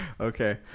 Okay